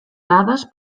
dades